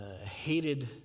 hated